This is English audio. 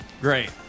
Great